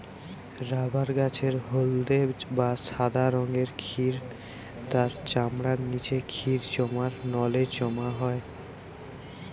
rubber গাছের হলদে বা সাদা রঙের ক্ষীর তার চামড়ার নিচে ক্ষীর জমার নলে জমা হয়